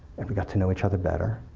and we got to know each other better.